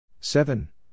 seven